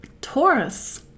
Taurus